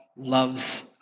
loves